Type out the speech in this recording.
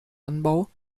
anbau